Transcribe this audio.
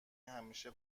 همیشه